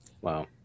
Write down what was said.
Wow